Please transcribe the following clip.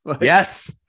Yes